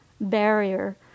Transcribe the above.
barrier